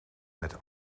met